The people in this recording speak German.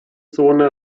zone